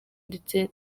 ndetse